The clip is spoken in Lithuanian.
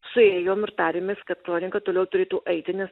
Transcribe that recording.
suėjom ir tarėmės kad kronika toliau turėtų eiti nes